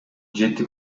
жети